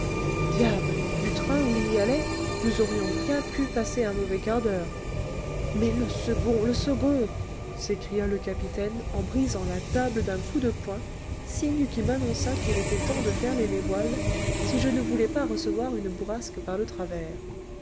diable du train où il y allait nous aurions bien pu passer un mauvais quart-d'heure mais le second le second s'écria le capitaine en brisant la table d'un coup de poing signe qui m'annonça qu'il était temps de ferler les voiles si je ne voulais pas recevoir une bourrasque par le travers